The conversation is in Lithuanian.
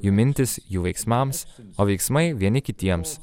jų mintys jų veiksmams o veiksmai vieni kitiems